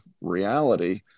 reality